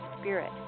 spirit